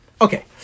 Okay